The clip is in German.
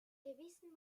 gewissem